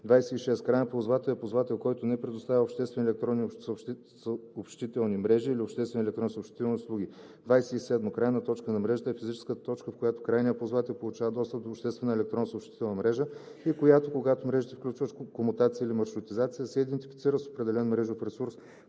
„26. „Краен ползвател“ е ползвател, който не предоставя обществени електронни съобщителни мрежи или обществени електронни съобщителни услуги. 27. „Крайна точка на мрежата“ е физическата точка, в която крайният ползвател получава достъп до обществена електронна съобщителна мрежа и която, когато мрежите включват комутация или маршрутизация, се идентифицира с определен мрежов адрес,